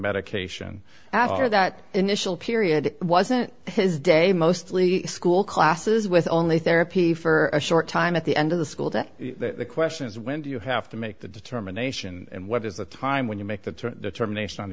medication after that initial period it wasn't his day mostly school classes with only therapy for a short time at the end of the school day the question is when do you have to make that determination and what is the time when you make that to terminat